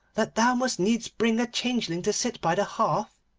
that thou must needs bring a changeling to sit by the hearth?